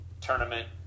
tournament